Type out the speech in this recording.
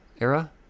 era